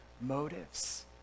motives